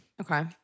Okay